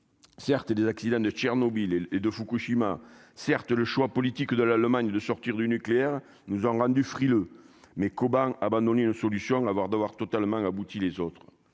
certes et des accidents de Tchernobyl et de Fukushima certes le choix politique de l'Allemagne de sortir du nucléaire nous ont rendus frileux mais comment abandonner une solution avoir d'avoir totalement abouti les autres